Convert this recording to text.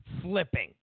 flipping